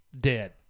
dead